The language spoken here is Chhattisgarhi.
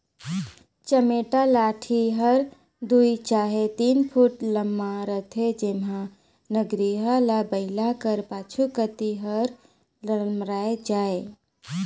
चमेटा लाठी हर दुई चहे तीन फुट लम्मा रहथे जेम्हा नगरिहा ल बइला कर पाछू कती हर लमराए जाए